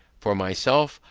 for myself,